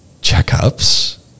checkups